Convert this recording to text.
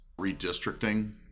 redistricting